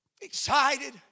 excited